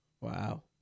Wow